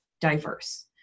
diverse